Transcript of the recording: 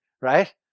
right